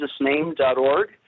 jesusname.org